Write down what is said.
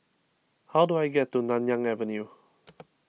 how do I get to Nanyang Avenue